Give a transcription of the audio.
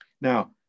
Now